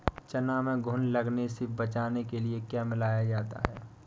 चना में घुन लगने से बचाने के लिए क्या मिलाया जाता है?